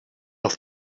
off